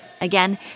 Again